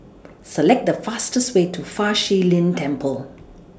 Select The fastest Way to Fa Shi Lin Temple